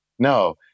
no